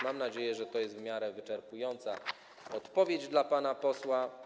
Mam nadzieję, że to jest w miarę wyczerpująca odpowiedź dla pana posła.